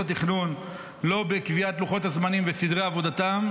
התכנון לא בקביעת לוחות הזמנים וסדרי עבודתם,